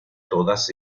todas